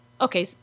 okay